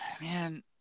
man